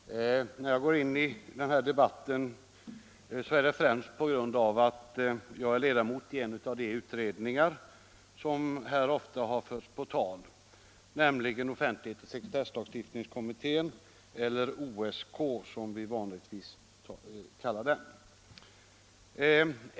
Herr talman! Jag går in i denna debatt främst på grund av att jag är ledamot i en av de utredningar som här ofta har förts på tal, nämligen offentlighetsoch sekretesslagstiftningskommittén eller OSK som vi vanligtvis kallar den.